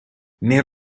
nel